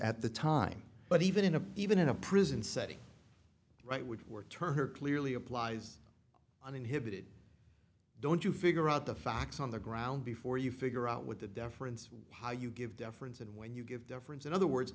at the time but even in a even in a prison setting right would work turn her clearly applies uninhibited don't you figure out the facts on the ground before you figure out what the difference how you give deference and when you give deference in other words